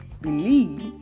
believe